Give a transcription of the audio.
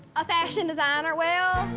a fashion designer. well.